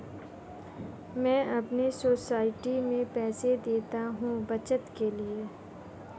मैं अपने सोसाइटी में पैसे देता हूं बचत के लिए